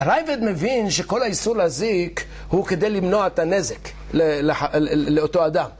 רייבד מבין שכל האיסור להזיק הוא כדי למנוע ת׳נזק לאותו אדם